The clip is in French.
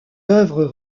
œuvres